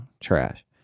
trash